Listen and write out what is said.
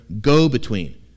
go-between